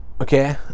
okay